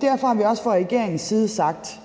Derfor har vi også fra regeringens side sagt,